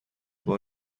بار